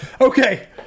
okay